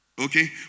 Okay